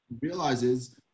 realizes